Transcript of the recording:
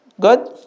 Good